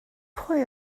pwy